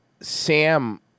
Sam